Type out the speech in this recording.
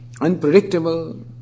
unpredictable